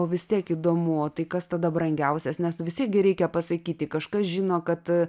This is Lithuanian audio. o vis tiek įdomu o tai kas tada brangiausias nes vistiek gi reikia pasakyti kažkas žino kad